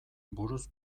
buruz